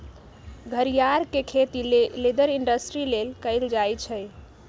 घरियार के खेती लेदर इंडस्ट्री लेल कएल जाइ छइ